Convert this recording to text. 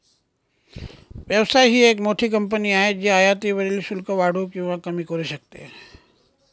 व्यवसाय ही एक मोठी कंपनी आहे जी आयातीवरील शुल्क वाढवू किंवा कमी करू शकते